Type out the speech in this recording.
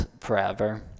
forever